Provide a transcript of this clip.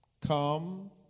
Come